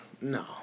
no